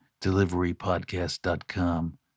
deliverypodcast.com